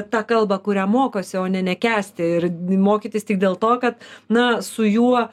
tą kalbą kurią mokosi o ne nekęsti ir mokytis tik dėl to kad na su juo